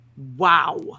wow